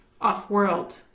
off-world